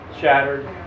shattered